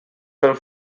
pel